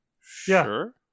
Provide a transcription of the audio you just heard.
Sure